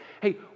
hey